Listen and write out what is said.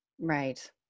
Right